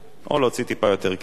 או להוציא טיפה יותר כסף,